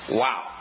wow